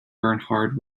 bernhard